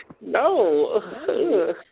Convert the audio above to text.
No